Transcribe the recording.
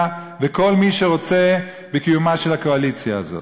וכל מי שרוצה בקיומה של הקואליציה הזאת.